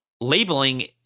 labeling